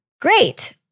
Great